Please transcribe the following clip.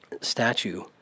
statue